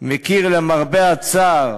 מכיר למרבה הצער